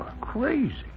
crazy